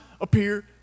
appear